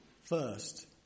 first